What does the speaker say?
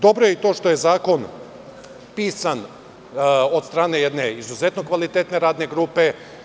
Dobro je i to što je zakon pisan od strane jedne izuzetno kvalitetne radne grupe.